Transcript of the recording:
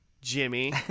Jimmy